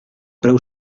preu